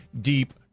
deep